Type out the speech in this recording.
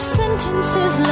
sentences